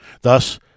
Thus